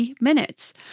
minutes